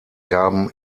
gaben